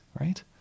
right